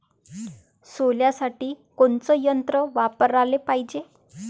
सोल्यासाठी कोनचं यंत्र वापराले पायजे?